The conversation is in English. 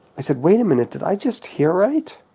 i said, wait a minute, did i just hear right?